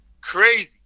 crazy